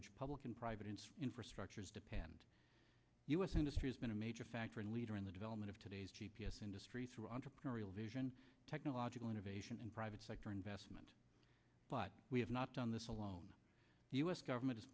which public and private in infrastructure is dependent us industry has been a major factor and leader in the development of today's g p s industry through entrepreneurial vision technological innovation and private sector investment but we have not done this alone the u s government